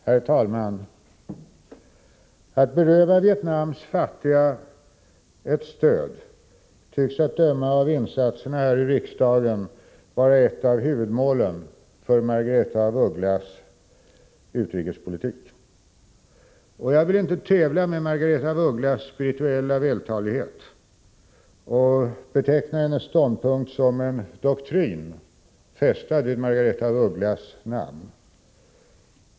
Herr talman! Att beröva Vietnams fattiga ett stöd tycks, att döma av insatserna här i riksdagen, vara ett av huvudmålen för Margaretha af Ugglas utrikespolitik. Jag vill inte tävla med Margaretha af Ugglas i fråga om spirituell vältalighet och beteckna hennes ståndpunkt som en doktrin, fästad vid Margaretha af Ugglas namn.